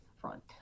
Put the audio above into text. front